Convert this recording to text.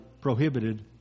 prohibited